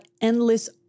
endless